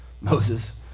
Moses